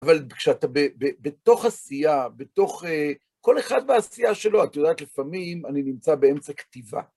אבל כשאתה בתוך עשייה, בתוך... כל אחד בעשייה שלו, את יודעת, לפעמים אני נמצא באמצע כתיבה.